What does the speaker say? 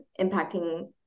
impacting